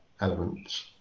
elements